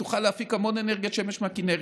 ותוכל להפיק המון אנרגיית שמש מהכינרת.